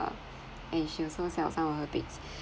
and she also sell some of her bakes